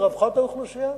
לרווחת האוכלוסייה,